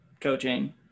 coaching